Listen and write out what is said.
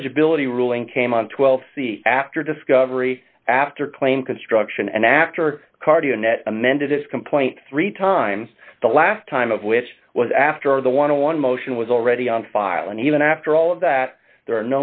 eligibility ruling came on twelve c after discovery after claim construction and after cardio net amended its complaint three times the last time of which was after the want to one motion was already on file and even after all of that there are